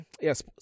yes